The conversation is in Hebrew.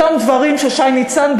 אותם דברים ששי ניצן,